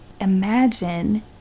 imagine